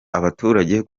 abaturage